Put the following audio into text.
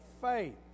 Faith